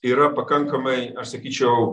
yra pakankamai aš sakyčiau